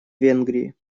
венгрии